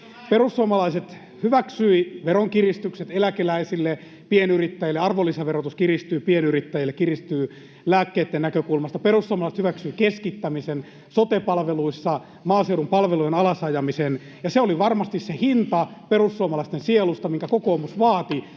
Perussuomalaiset hyväksyivät veronkiristykset eläkeläisille, pienyrittäjille — arvonlisäverotus kiristyy pienyrittäjille, kiristyy lääkkeitten näkökulmasta —, perussuomalaiset hyväksyivät keskittämisen sote-palveluissa ja maaseudun palvelujen alasajamisen. Se oli varmasti se hinta, minkä kokoomus perussuomalaisten sielusta vaati